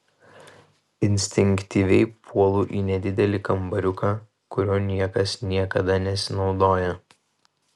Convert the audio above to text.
instinktyviai puolu į nedidelį kambariuką kuriuo niekas niekada nesinaudoja